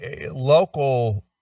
local